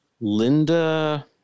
Linda